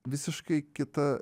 visiškai kita